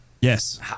Yes